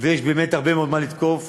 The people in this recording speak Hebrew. ויש הרבה מאוד מה לתקוף,